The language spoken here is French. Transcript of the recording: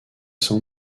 sans